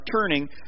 turning